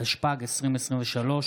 התשפ"ג 2023,